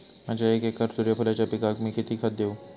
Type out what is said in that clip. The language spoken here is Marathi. माझ्या एक एकर सूर्यफुलाच्या पिकाक मी किती खत देवू?